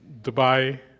Dubai